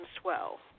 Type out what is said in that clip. swell